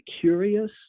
curious